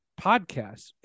podcasts